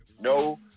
No